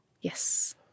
Yes